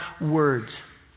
words